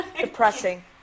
Depressing